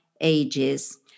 ages